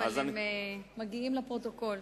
אבל הם מגיעים לפרוטוקול.